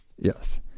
Yes